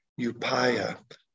upaya